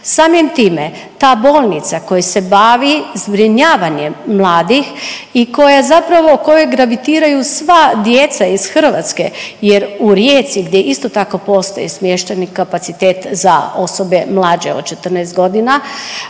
Samim time, ta bolnica koja se bavi zbrinjavanjem mladih i koja zapravo, kojoj gravitiraju sva djeca iz Hrvatske jer u Rijeci, gdje isto tako postoj smještajni kapacitet za osobe mlađe od 14 godina